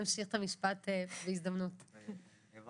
אין